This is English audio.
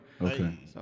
okay